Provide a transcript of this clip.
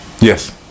Yes